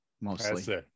mostly